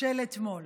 של אתמול.